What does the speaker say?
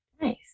nice